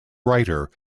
writer